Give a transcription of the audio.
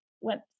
went